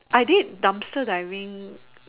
I did dumpster diving